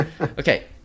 Okay